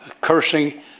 cursing